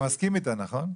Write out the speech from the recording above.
אתה מסכים איתה, נכון?